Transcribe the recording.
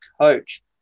coach